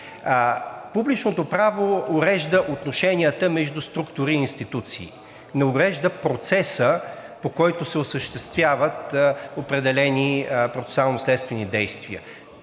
Публичното право урежда отношенията между структури и институции, не урежда процеса, по който се осъществяват определени процесуално-следствени действия.